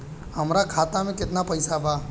हमरा खाता मे केतना पैसा बा?